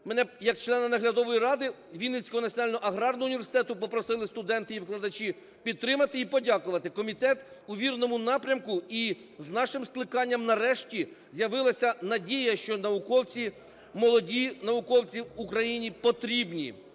мене як члена Наглядової ради Вінницького Національного аграрного університету попросили студенти і викладачі підтримати і подякувати, комітет у вірному напрямку, і з нашим кликанням нарешті з'явилася надія, що науковці, молоді науковці, Україні потрібні.